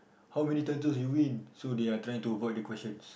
how many titles they win so they are trying to avoid the questions